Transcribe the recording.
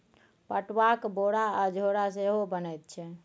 पटुआक बोरा आ झोरा सेहो बनैत छै